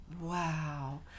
wow